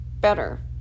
better